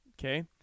okay